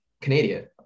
Canadian